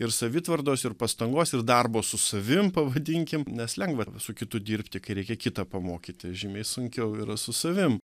ir savitvardos ir pastangos ir darbo su savim pavadinkim nes lengva su kitu dirbti kai reikia kitą pamokyti žymiai sunkiau yra su savim